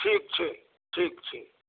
ठीक छै ठीक छै